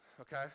okay